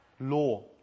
law